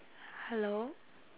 hello